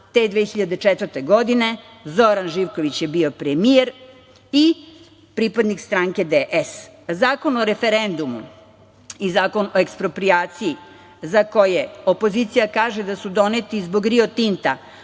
te 2004. godine. Zoran Živković je bio premijer i pripadnik stranke DS.Zakon o referendumu i Zakon o eksproprijaciji za koje opozicija kaže da su doneti zbog "Rio Tinta",